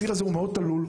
ציר המהדרין הוא תלול מאוד,